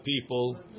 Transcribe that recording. people